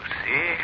see